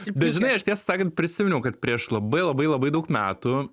bet žinai aš tiesą sakant prisiminiau kad prieš labai labai labai daug metų